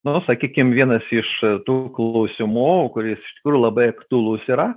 nu sakykim vienas iš tų klausimų kuris iš tikrųjų labai aktualus yra